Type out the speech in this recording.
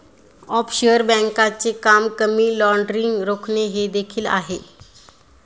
offshore बँकांचे काम money laundering रोखणे हे देखील आहे